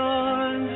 on